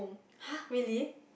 !huh! really